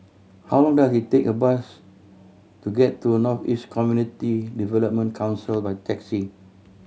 how long does it take a bus to get to North East Community Development Council by taxi